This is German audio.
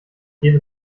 gebe